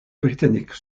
britanniques